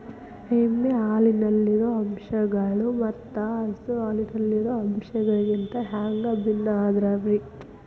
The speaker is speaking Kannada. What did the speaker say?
ಎಮ್ಮೆ ಹಾಲಿನಲ್ಲಿರೋ ಅಂಶಗಳು ಮತ್ತ ಹಸು ಹಾಲಿನಲ್ಲಿರೋ ಅಂಶಗಳಿಗಿಂತ ಹ್ಯಾಂಗ ಭಿನ್ನ ಅದಾವ್ರಿ?